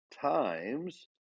times